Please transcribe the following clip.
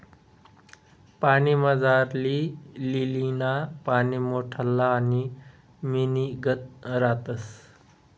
पाणीमझारली लीलीना पाने मोठल्ला आणि मेणनीगत रातस